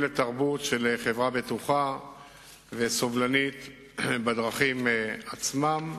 תרבות של חברה בטוחה וסובלנית בדרכים עצמן.